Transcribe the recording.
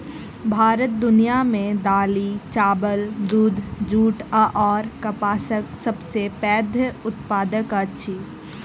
भारत दुनिया मे दालि, चाबल, दूध, जूट अऔर कपासक सबसे पैघ उत्पादक अछि